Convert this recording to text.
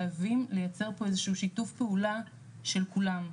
חייבים לייצר פה איזשהו שיתוף פעולה של כולם.